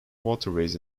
waterways